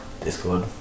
Discord